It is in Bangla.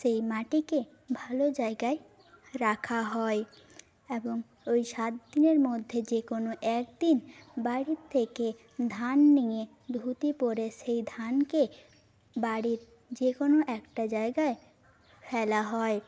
সেই মাটিকে ভালো জায়গায় রাখা হয় এবং ওই সাত দিনের মধ্যে যে কোনো এক দিন বাড়ির থেকে ধান নিয়ে ধুতি পরে সেই ধানকে বাড়ির যে কোনো একটা জায়গায় ফেলা হয়